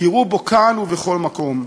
קראו בו כאן ובכל מקום.